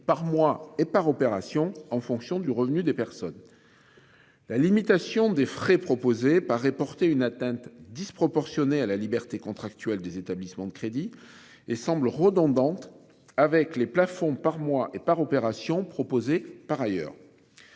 par mois et par opération en fonction du revenu des personnes. La limitation des frais proposée par est porté une atteinte disproportionnée à la liberté contractuelle des établissements de crédit et semble redondante avec les plafonds par mois et par opération proposée par ailleurs.